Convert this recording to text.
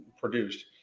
produced